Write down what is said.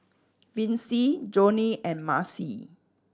Vince Jonnie and Maci